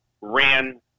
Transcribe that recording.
ran –